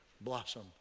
blossom